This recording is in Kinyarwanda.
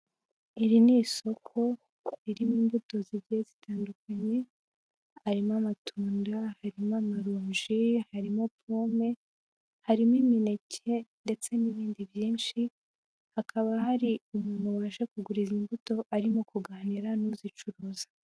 Iri ni isoko, ririmo imbuto zigiye zitandukanye, harimo amatunda, harimo ama ronji, harimo pome, harimo imineke, ndetse n'ibindi byinshi, hakaba hari umuntu uje kugura imbuto, arimo kuganira n'uzicuruza.